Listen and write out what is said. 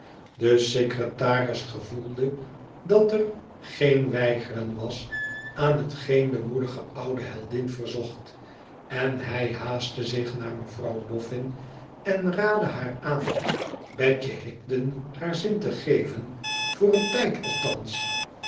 de secretaris gevoelde dat er geen weigeren was aan hetgeen de moedige oude heldin verzocht en hij haastte zich naar mevrouw boffin en raadde haar aan betje higden haar zin te geven voor een tijd althans